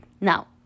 now